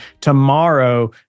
tomorrow